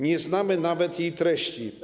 Nie znamy nawet jej treści.